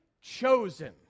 chosen